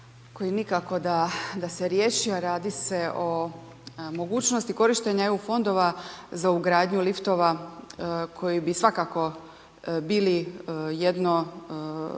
koji nikako da, da se riješio, radi se o mogućnosti korištenja EU fondova za ugradnju liftova koji bi svakako bili jedno,